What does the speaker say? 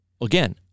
again